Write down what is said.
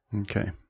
okay